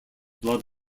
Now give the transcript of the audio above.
blood